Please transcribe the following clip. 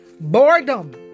boredom